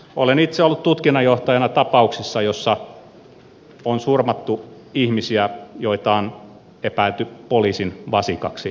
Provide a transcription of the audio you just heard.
olen itse ollut tutkinnanjohtajana tapauksissa joissa on surmattu ihmisiä joita on epäilty poliisin vasikoiksi